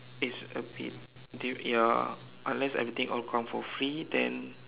it's a bit diff~ ya unless everything all come for free then